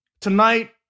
Tonight